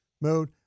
mode